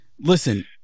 Listen